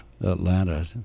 Atlanta